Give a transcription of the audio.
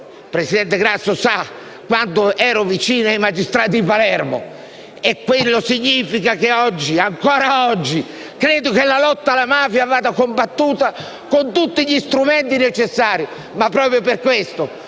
presidente Grasso sa quanto io fossi vicino ai magistrati di Palermo e ciò significa che ancora oggi io credo che la lotta alla mafia vada combattuta con tutti gli strumenti necessari. Proprio per questo,